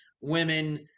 women